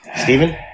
Stephen